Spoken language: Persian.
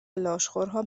لاشخورها